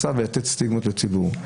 סטיגמה על ציבור.